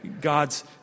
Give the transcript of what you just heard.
God's